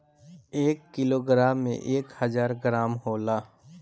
एक किलोग्राम में एक हजार ग्राम होला